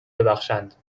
ببخشند